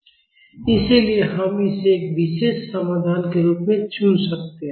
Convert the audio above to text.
इसलिए हम इसे एक विशेष समाधान के रूप में चुन सकते हैं